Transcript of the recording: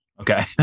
Okay